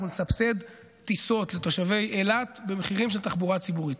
אנחנו נסבסד טיסות לתושבי אילת במחירים של תחבורה ציבורית.